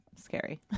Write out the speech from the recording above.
scary